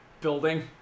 building